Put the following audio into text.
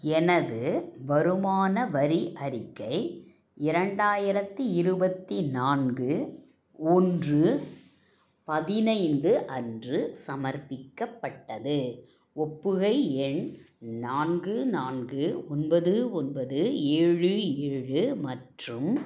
எனது வருமான வரி அறிக்கை இரண்டாயிரத்தி இருபத்தி நான்கு ஒன்று பதினைந்து அன்று சமர்ப்பிக்கப்பட்டது ஒப்புகை எண் நான்கு நான்கு ஒன்பது ஒன்பது ஏழு ஏழு மற்றும்